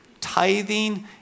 tithing